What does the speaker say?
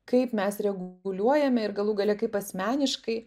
kaip mes reguliuojame ir galų gale kaip asmeniškai